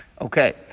Okay